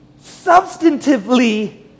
substantively